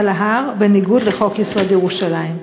על ההר בניגוד לחוק-יסוד: ירושלים?